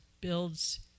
builds